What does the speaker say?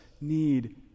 need